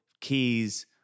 keys